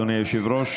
אדוני היושב-ראש,